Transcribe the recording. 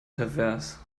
pervers